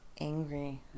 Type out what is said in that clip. Angry